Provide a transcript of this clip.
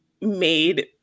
made